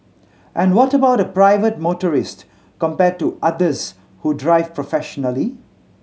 and what about a private motorist compared to others who drive professionally